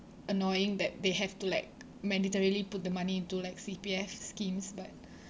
annoying that they have to like mandatorily put the money into like C_P_F schemes but